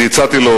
אני הצעתי לו